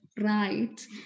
right